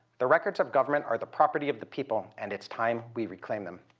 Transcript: the records of government are the property of the people and it's time we reclaim them.